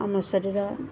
ଆମ ଶରୀର